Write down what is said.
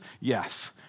Yes